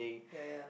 ya ya